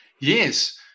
Yes